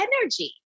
energy